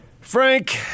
Frank